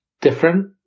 different